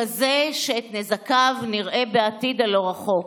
כזה שאת נזקיו נראה בעתיד הלא-רחוק.